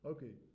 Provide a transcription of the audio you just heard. Okay